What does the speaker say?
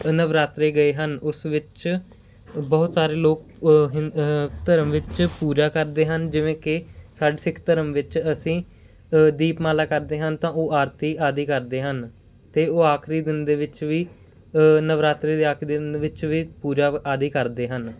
ਨਵਰਾਤਰੇ ਗਏ ਹਨ ਉਸ ਵਿੱਚ ਬਹੁਤ ਸਾਰੇ ਲੋਕ ਹਿ ਧਰਮ ਵਿੱਚ ਪੂਜਾ ਕਰਦੇ ਹਨ ਜਿਵੇਂ ਕਿ ਸਾਡੇ ਸਿੱਖ ਧਰਮ ਵਿੱਚ ਅਸੀਂ ਦੀਪਮਾਲਾ ਕਰਦੇ ਹਨ ਤਾਂ ਉਹ ਆਰਤੀ ਆਦਿ ਕਰਦੇ ਹਨ ਅਤੇ ਉਹ ਆਖਰੀ ਦਿਨ ਦੇ ਵਿੱਚ ਵੀ ਨਵਰਾਤਰੇ ਦੇ ਆਖਰੀ ਦਿਨ ਦੇ ਵਿੱਚ ਵੀ ਪੂਜਾ ਆਦਿ ਕਰਦੇ ਹਨ